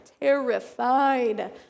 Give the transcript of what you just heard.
terrified